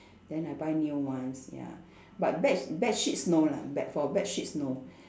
then I buy new ones ya but bed bedsheets no lah bed but for bedsheets no